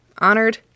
honored